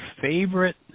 favorite